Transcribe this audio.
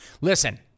Listen